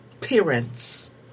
parents